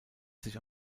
sich